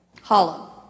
Hollow